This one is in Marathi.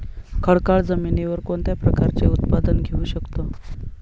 खडकाळ जमिनीवर कोणत्या प्रकारचे उत्पादन घेऊ शकतो?